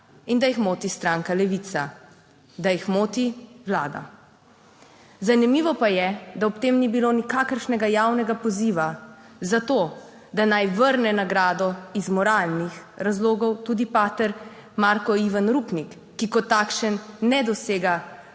in da jih moti stranka Levica, da jih moti vlada. Zanimivo pa je, da ob tem ni bilo nikakršnega javnega poziva za to, da naj vrne nagrado iz moralnih razlogov, tudi pater Marko Ivan Rupnik, ki kot takšen ne dosega